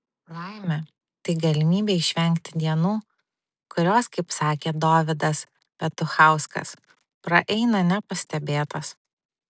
laimė tai galimybė išvengti dienų kurios kaip sakė dovydas petuchauskas praeina nepastebėtos